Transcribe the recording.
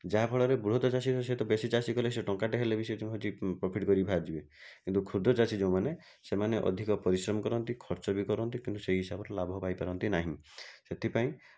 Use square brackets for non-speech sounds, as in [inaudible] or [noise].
ଯାହାଫଳରେ ବୃହତ ଚାଷୀଙ୍କ ସହିତ [unintelligible] କଲେ ସିଏ ଟଙ୍କାଟେ ହେଲେ ବି ସିଏ ପ୍ରଫିଟ୍ କରି ବାହାରିଯିବେ କିନ୍ତୁ କ୍ଷୁଦ୍ର ଚାଷୀ ଯେଉଁମାନେ ସେମାନେ ଅଧିକ ପରିଶ୍ରମ କରନ୍ତି ଖର୍ଚ୍ଚ ବି କରନ୍ତି କିନ୍ତୁ ସେଇ ହିସାବରେ ଲାଭ ପାଇପାରନ୍ତି ନାହିଁ ସେଥିପାଇଁ